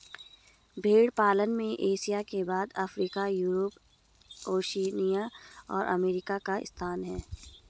भेंड़ पालन में एशिया के बाद अफ्रीका, यूरोप, ओशिनिया और अमेरिका का स्थान है